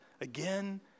again